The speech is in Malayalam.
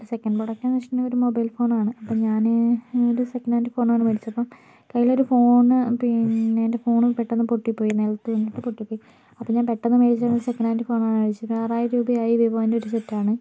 സെക്കൻഡ് പ്രൊഡക്റ്റ് എന്ന് വെച്ചിട്ടുണ്ടെങ്കിൽ ഒരു മൊബൈൽ ഫോണാണ് അപ്പോ ഞാന് ഞാനൊരു സെക്കൻഡ് ഹാൻഡ് ഫോണാണ് മേടിച്ചത് അപ്പം കയ്യിലൊരു ഫോണ് പിന്നെ എൻ്റെ ഫോണ് പെട്ടന്ന് പൊട്ടിപ്പോയി നിലത്ത് വീണപ്പോ പൊട്ടിപ്പോയി അപ്പ ഞാൻ പെട്ടന്ന് മേടിച്ച ഒരു സെക്കൻഡ് ഹാൻഡ് ഫോണാണ് മേടിച്ചത് ആറായിരം രൂപ ആയി വിവോൻ്റെ ഒരു സെറ്റാണ്